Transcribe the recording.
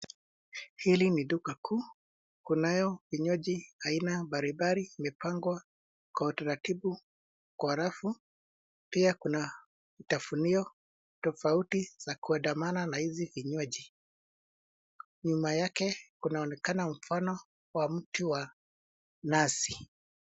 Hili ni duka kuu kunayo vinywaji aina mbalimbali vimepangwa kwa utaratibu kwa rafu. Pia kuna tafunio tofauti za kuandamana na hizi vinywaji. Nyuma yake kunaonekana mfano wa mti wa nazi.